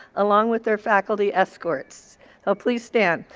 along with their faculty escorts. so please stand.